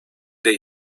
they